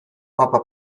mapa